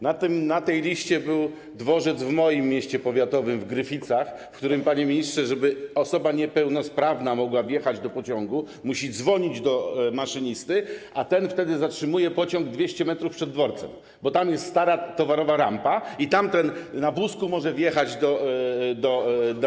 Na tej liście był dworzec w moim mieście powiatowym, w Gryficach, w którym, panie ministrze, żeby osoba niepełnosprawna mogła wjechać do pociągu, musi zadzwonić do maszynisty, a ten wtedy zatrzymuje pociąg 200 m przed dworcem, bo tam jest stara towarowa rampa, i tam ta osoba na wózku może wjechać do tego pociągu.